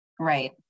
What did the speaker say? Right